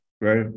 right